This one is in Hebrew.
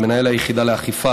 למנהל היחידה לאכיפה